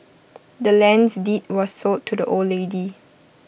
the land's deed was sold to the old lady